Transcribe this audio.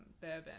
bourbon